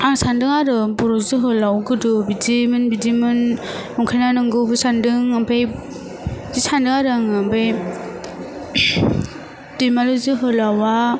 आं सानदों आरो बर' जोहोलाव गोदो बिदिमोन बिदिमोन नंखायना नोंगौबो सानदों आमफाय सानो आरो आङो ओमफाय दैमालु जोहोलावा